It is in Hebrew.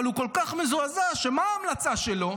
אבל הוא כל כך מזועזע, שמה ההמלצה שלו?